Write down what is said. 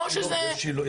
או שזה --- לא,